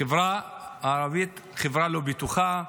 החברה הערבית היא חברה לא בטוחה.